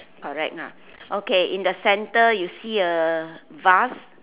correct ah okay in the center you see a vase